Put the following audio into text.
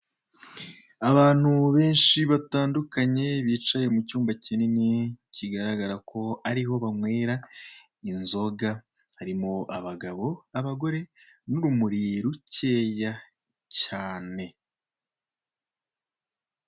Abantu benshi batandukanye bicaye mu cyumba kinini kigaragara ko ariho banywera inzoga, harimo abagabo, abagore n'urumuri rukeya cyane.